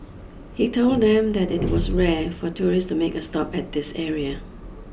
he told them that it was rare for tourists to make a stop at this area